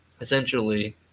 essentially